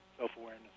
self-awareness